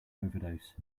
overdose